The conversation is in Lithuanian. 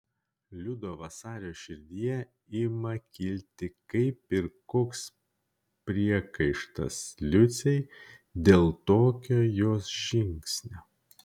liudo vasario širdyje ima kilti kaip ir koks priekaištas liucei dėl tokio jos žingsnio